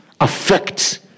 affects